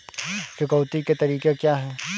चुकौती के तरीके क्या हैं?